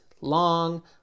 Long